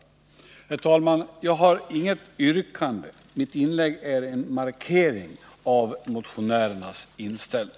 Herr talman! Jag har inget yrkande. Mitt inlägg är en markering av motionärernas inställning.